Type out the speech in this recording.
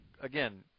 again